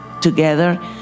together